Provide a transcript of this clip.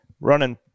running